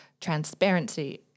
transparency